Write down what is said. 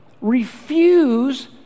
refuse